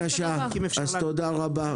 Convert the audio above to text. תודה רבה.